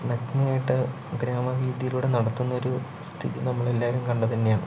നഗ്നയായിട്ട് ഗ്രാമവീഥിയിലൂടെ നടത്തുന്നൊരു സ്ഥിതി നമ്മളെല്ലാവരും കണ്ടത് തന്നെയാണ്